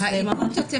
העדות שאתן